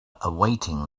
awaiting